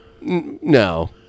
no